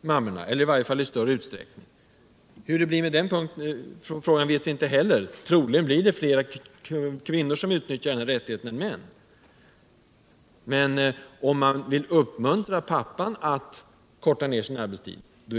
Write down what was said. mammorna. eller att dessa I varje fall kommer att utnyttja den i större utsträckning än papporna. Hur det blir med den saken vet vi inte heller. Troligen kommer fler kvinnor än män att utnyttja den här rättigheten. Men om man vill uppmuntra pappan att korta ned sin arbetstid.